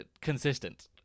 consistent